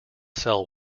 sell